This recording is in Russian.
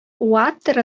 уаттара